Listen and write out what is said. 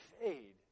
fade